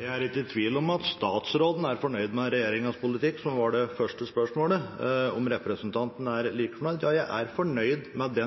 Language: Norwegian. Jeg er ikke i tvil om at statsråden er fornøyd med regjeringens politikk, som var det første spørsmålet. Om representanten er like fornøyd – ja, jeg er fornøyd med